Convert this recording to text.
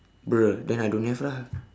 bruh then I don't have lah